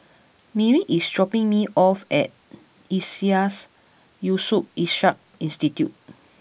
Merritt is dropping me off at Iseas Yusof Ishak Institute